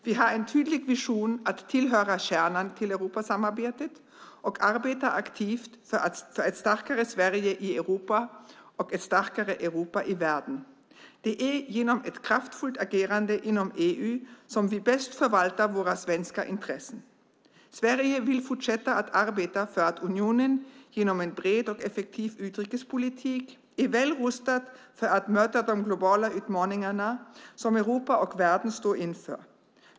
Vi har en tydlig vision att tillhöra kärnan i Europasamarbetet och vi arbetar aktivt för ett starkare Sverige i Europa och ett starkare Europa i världen. Det är genom ett kraftfullt agerande inom EU som vi bäst förvaltar våra svenska intressen. Sverige vill fortsätta att arbeta för att unionen genom en bred och effektiv utrikespolitik ska vara väl rustad för att möta de globala utmaningar som Europa och världen står inför.